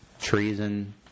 Treason